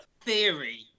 theory